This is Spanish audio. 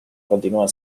continúan